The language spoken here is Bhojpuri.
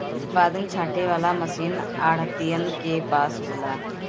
उत्पादन छाँटे वाला मशीन आढ़तियन के पास होला